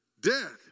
death